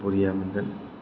बरिया मोनगोन